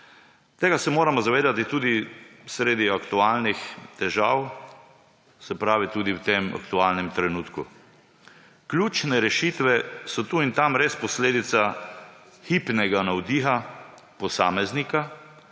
Tega se moramo zavedati tudi sredi aktualnih težav, se pravi tudi v tem aktualnem trenutku. Ključne rešitve so tu in tam res posledica hipnega navdiha posameznika,